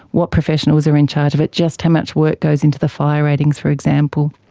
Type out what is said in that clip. what professionals are in charge of it, just how much work goes into the fire ratings, for example.